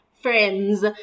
friends